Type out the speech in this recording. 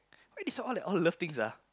why this one all like all love things ah